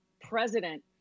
president